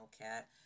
cat